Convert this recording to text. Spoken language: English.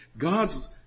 God's